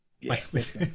Yes